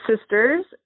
sisters